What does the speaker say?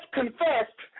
confessed